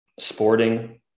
sporting